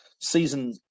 season